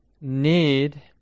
need